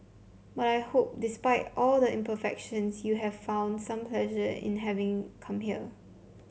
but I hope despite all the imperfections you have found some pleasure in having come here